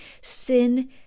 sin